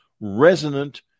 resonant